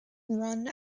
run